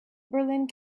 berlin